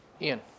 Ian